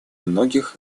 многих